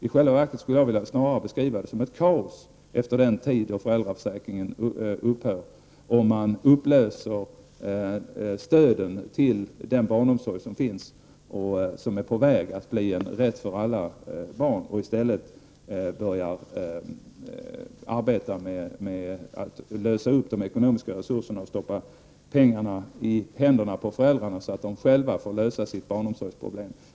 I själva verket skulle jag snarare vilja beskriva det som ett kaos om man, efter att föräldraförsäkringen har upphört, upplöser stöden till den barnomsorg som finns och som är på väg att bli en rättighet för alla barn och i stället börjar lösa upp de ekonomiska resurserna fär att stoppa pengarna i händerna på föräldrarna så att de själva får lösa sitt barnomsorgsproblem.